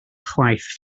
chwaith